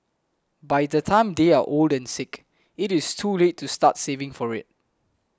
by the time they are old and sick it is too late to start saving for it